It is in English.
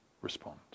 respond